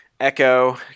echo